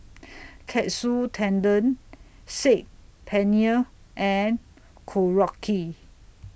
Katsu Tendon Saag Paneer and Korokke